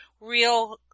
real